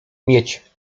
mieć